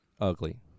ugly